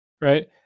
right